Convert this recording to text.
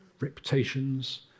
Reputations